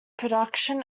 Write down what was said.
production